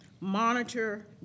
monitor